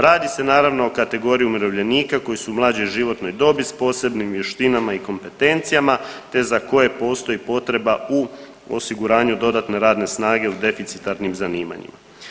Radi se naravno o kategoriji umirovljenika koji su u mlađoj životnoj dobi s posebnim vještinama i kompetencijama te za koje postoji potreba u osiguranju dodatne radne snage u deficitarnim zanimanjima.